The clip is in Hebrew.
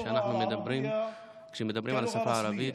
כשאנחנו מדברים על השפה הערבית,